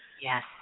Yes